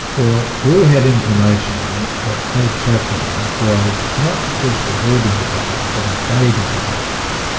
well we had information that abe saffron was not just avoiding tax, but evading tax.